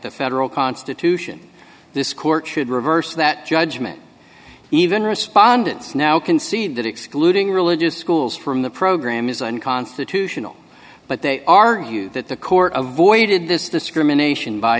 the federal constitution this court should reverse that judgment even respondents now concede that excluding religious schools from the program is unconstitutional but they argue that the court of voided this discrimination by